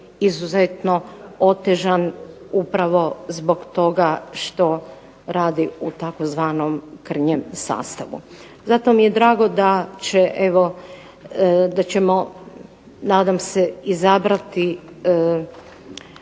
izuzetno otežan upravo zbog toga što radi u tzv. krnjem sastavu. Zato mi je drago da će evo, da ćemo nadam se izabrati